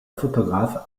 photographe